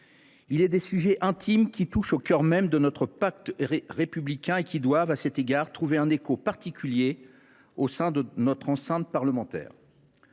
il est des sujets intimes qui touchent au cœur même de notre pacte républicain et qui doivent à cet égard trouver un écho particulier au sein de nos assemblées parlementaires.